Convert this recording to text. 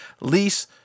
lease